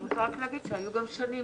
אני רוצה רק להגיד שהיו גם שנים